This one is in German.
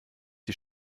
die